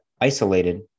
isolated